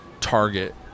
target